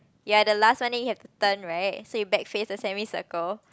ya the last one then you have to turn right so you back face the semi circle